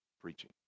preaching